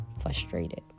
frustrated